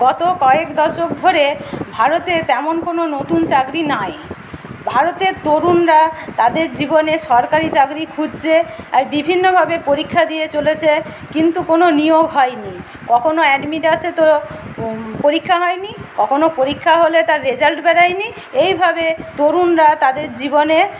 গত কয়েক দশক ধরে ভারতে তেমন কোনো নতুন চাকরি নাই ভারতের তরুণরা তাদের জীবনে সরকারি চাকরি খুঁজছে আর বিভিন্নভাবে পরীক্ষা দিয়ে চলেছে কিন্তু কোনো নিয়োগ হয়নি কখনো অ্যাডমিট আসে তো পরীক্ষা হয়নি কখনো পরীক্ষা হলে তার রেজাল্ট বেরোয়নি এইভাবে তরুণরা তাদের জীবনে